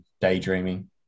Daydreaming